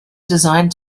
designed